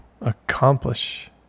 accomplish